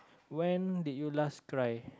when did you last cry